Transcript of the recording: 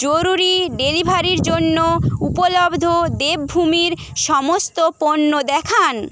জরুরি ডেলিভারির জন্য উপলব্ধ দেবভূমির সমস্ত পণ্য দেখান